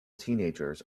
teenagers